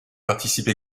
participe